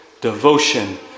devotion